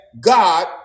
god